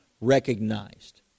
recognized